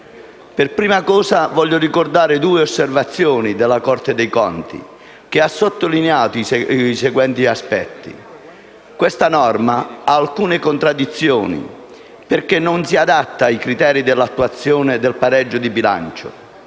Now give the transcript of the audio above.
Per prima cosa voglio ricordare due osservazioni della Corte dei conti che ha sottolineato che questa norma ha alcune contraddizioni perché non si adatta ai criteri sull'attuazione del pareggio di bilancio.